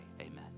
amen